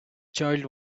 child